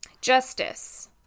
Justice